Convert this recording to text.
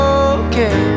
okay